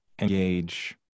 engage